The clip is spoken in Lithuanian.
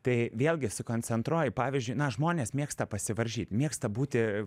tai vėlgi sukoncentruoji pavyzdžiui žmonės mėgsta pasivaržyt mėgsta būti